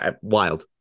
wild